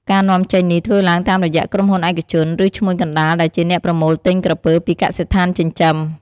ការនាំចេញនេះធ្វើឡើងតាមរយៈក្រុមហ៊ុនឯកជន ឬឈ្មួញកណ្ដាលដែលជាអ្នកប្រមូលទិញក្រពើពីកសិដ្ឋានចិញ្ចឹម។